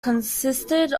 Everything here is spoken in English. consisted